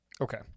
Okay